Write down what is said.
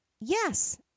yes